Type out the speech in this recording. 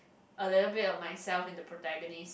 a little bit of myself in the protagonist